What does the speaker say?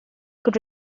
could